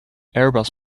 airbus